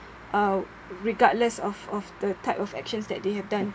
uh regardless of of the type of actions that they have done